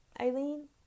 Eileen